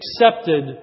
accepted